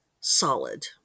solid